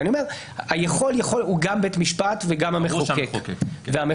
אני אומר ש"יכול" הוא גם בית משפט וגם המחוקק והמחוקק